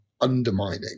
undermining